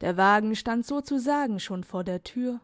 der wagen stand sozusagen schon vor der tür